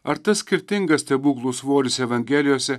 ar tas skirtingas stebuklų svoris evangelijose